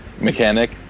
mechanic